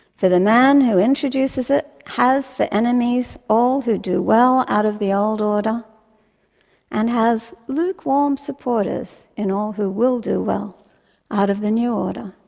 for the man who introduces it has for enemies all who do well out of the old order and has lukewarm supporters in all who will do well out of the new order.